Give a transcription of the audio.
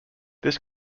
this